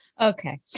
Okay